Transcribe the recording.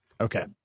Okay